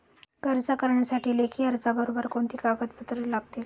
कर्ज करण्यासाठी लेखी अर्जाबरोबर कोणती कागदपत्रे लागतील?